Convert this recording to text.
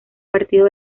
partido